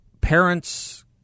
Parents